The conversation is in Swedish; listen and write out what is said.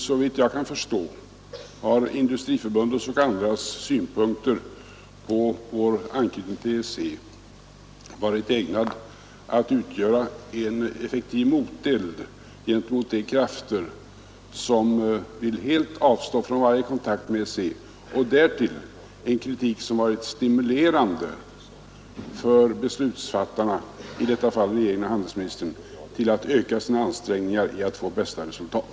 Såvitt jag kan förstå har Industriförbundets och andras synpunkter på vår anknytning till EEC varit ägnade att utgöra en effektiv moteld gentemot de krafter som vill helt avstå från varje kontakt med EEC, och har därtill inneburit en kritik som stimulerat beslutsfattarna, i detta fall regeringen och handelsministern, till att öka sina ansträngningar för att nå bästa resultat.